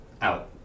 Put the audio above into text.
out